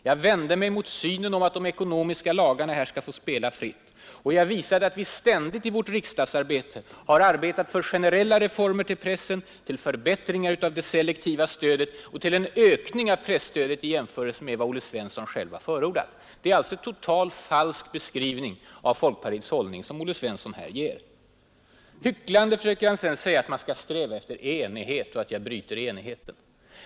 Jag vände mig mot synen att de ekonomiska lagarna här skall få spela fritt. Jag visade också att vi ständigt i vårt riksdagsarbete verkat för generella reformer när det gäller pressen, för förbättring av det selektiva stödet och för en ökning av presstödet i jämförelse med vad Olle Svensson själv förordat. Det är alltså en totalt falsk beskrivning av folkpartiets hållning som Olle Svensson gjorde. Hycklande försöker han sedan säga att man bör sträva efter ”enighet” och att jag bryter enigheten.